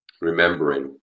remembering